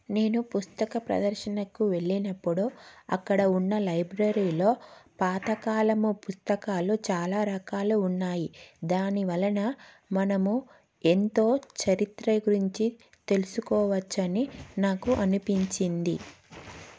నేను పుస్తక ప్రదర్శనకు వెళ్ళినప్పుడు అక్కడ ఉన్న లైబ్రరీలో పాతకాలము పుస్తకాలు చాలా రకాలు ఉన్నాయి దాని వలన మనము ఎంతో చరిత్ర గురించి తెలుసుకోవచ్చని నాకు అనిపించింది